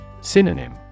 Synonym